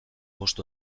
bost